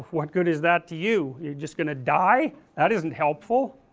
what good is that to you, you are just going to die, that isn't helpful